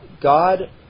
God